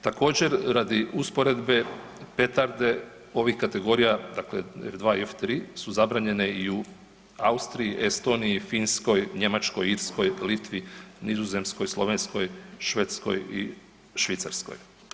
Također radi usporedbe petarde ovih kategorija dakle R2 i F3 su zabranjene i u Austriji, Estoniji, Finskoj, Njemačkoj, Irskoj, Litvi, Nizozemskoj, Sloveniji, Švedskoj i Švicarskoj.